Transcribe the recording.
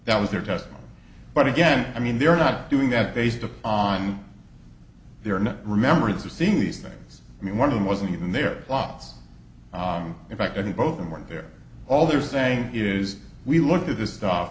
that was their test but again i mean they're not doing that based upon their own remembrance of seeing these things i mean one of them wasn't even their loss in fact i think both of them weren't there all they're saying is we looked at this